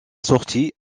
sortie